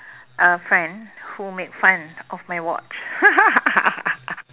a friend who made fun of my watch